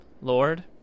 lord